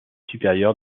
supérieur